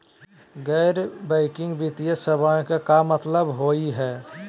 गैर बैंकिंग वित्तीय सेवाएं के का मतलब होई हे?